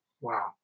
Wow